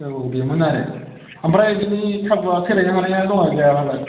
औ बेमोन आरो ओमफ्राय बेनि खाबुआ सोलायनो हानाय दं ना गैया